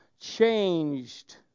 changed